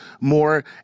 more